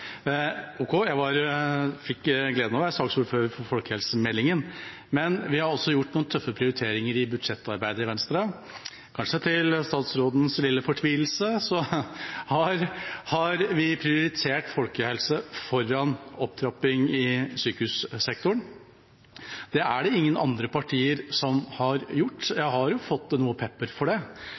jeg fikk gleden av å være saksordfører for folkehelsemeldingen, men vi har også gjort noen tøffe prioriteringer i budsjettarbeidet i Venstre. Kanskje til statsrådens lille fortvilelse har vi prioritert folkehelse foran opptrapping i sykehussektoren. Det er det ingen andre partier som har gjort. Jeg har fått noe pepper for det,